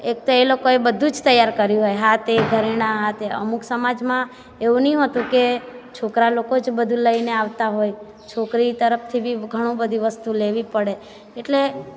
એક તો એ લોકોએ બધું જ તૈયાર કર્યું હોય હાથે ઘરેણાં તે અમુક સમાજમાં એવું નહીં હોતું કે છોકરા લોકો જ બધું લઈને આવતા હોય છોકરી તરફથી બી ઘણી બધી વસ્તુ લેવી પડે એટલે